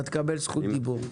אתה תקבל זכות דיבור.